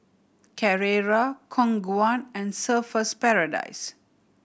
Carrera Khong Guan and Surfer's Paradise